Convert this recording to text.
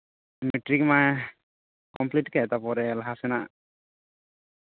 matric ᱢᱟᱭ complete ᱠᱮᱫ ᱛᱟᱨᱯᱚᱨᱮ ᱞᱟᱦᱟ ᱥᱮᱱᱟᱜ